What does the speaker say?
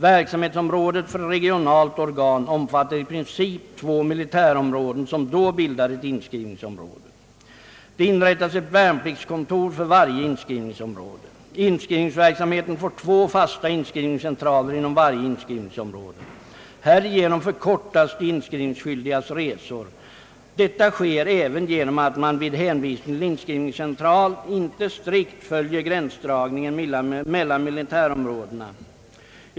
Verksamhetsområdet för ett regionalt organ omfattar i princip två militärområden som då bildar ett inskrivningsområde. Det inrättas ett värnpliktskontor för varje inskrivningsområde, Inskrivningsverksamheten får två fasta inskrivningscentraler inom varje inskrivningsområde. Härigenom = förkortas de inskrivningsskyldigas resor. Detta sker även genom att man vid hänvisning till inskrivningscentral inte strikt följer gränsdragningen mellan militärområdena.